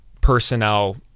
personnel